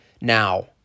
now